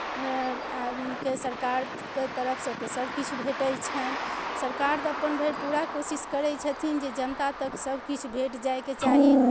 आदमीके सरकारके तरफसँ सभ तऽ सभकिछु भेटै छनि सरकार तऽ अपन भरि पूरा कोशिश करै छथिन जे जनतातक सभकिछु भेट जायके चाही